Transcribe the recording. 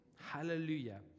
Hallelujah